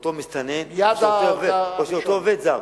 אותו מסתנן או אותו עובד זר.